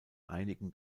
einigen